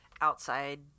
outside